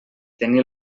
tenir